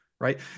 right